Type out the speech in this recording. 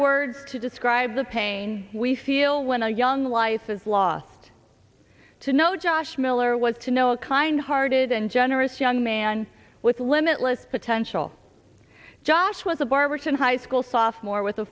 words to describe the pain we feel when a young life is lost to know josh miller was to know a kind hearted and generous young man with limitless potential josh was a bar rich and high school sophomore with a